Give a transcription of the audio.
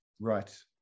Right